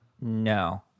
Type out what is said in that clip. No